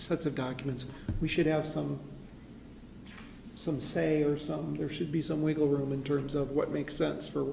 sets of documents we should have some some say or some there should be some wiggle room in terms of what makes sense for